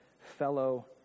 fellow